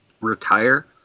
retire